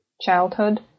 childhood